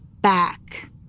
back